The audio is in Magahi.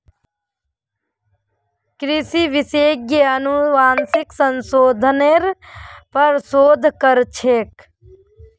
कृषि विशेषज्ञ अनुवांशिक संशोधनेर पर शोध कर छेक